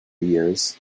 years